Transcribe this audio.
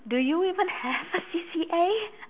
do you even have a C_C_A